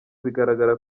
bigaragara